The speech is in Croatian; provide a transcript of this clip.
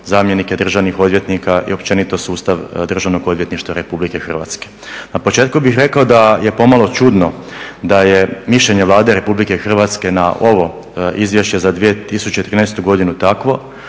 zamjenike državnih odvjetnika i općenito sustav Državnog odvjetništva Republike Hrvatske. Na početku bih rekao da je pomalo čudno da je mišljenje Vlade Republike Hrvatske na ovo izvješće za 2013. godinu takvo,